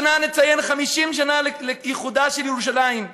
השנה נציין 50 שנה לאיחודה של ירושלים,